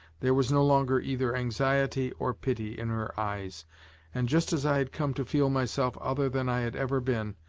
there was no longer either anxiety or pity in her eyes and, just as i had come to feel myself other than i had ever been,